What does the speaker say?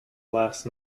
last